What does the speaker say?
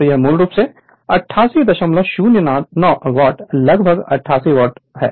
तो यह मूल रूप से 8809 वाट लगभग 88 वाट है